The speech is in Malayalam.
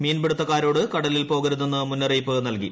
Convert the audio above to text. മീൻപിടുത്തക്കാരോട് കടലിൽ പ്പോകരുതെന്ന് മുന്നറിയിപ്പ് നൽകി